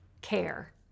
care